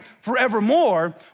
forevermore